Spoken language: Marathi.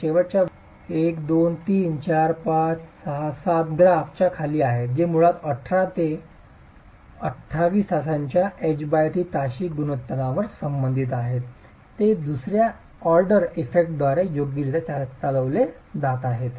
तर शेवटच्या 1 2 3 4 5 6 7 graph च्या खाली आलेख जे मुळात 18 ते 28 तासांच्या ht ताशी गुणोत्तर संबंधित आहेत जे दुसर्या ऑर्डर इफेक्टद्वारे योग्यरित्या चालविले जात आहेत